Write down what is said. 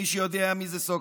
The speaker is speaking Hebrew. מי שיודע מי זה סוקרטס,